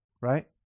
Right